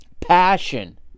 passion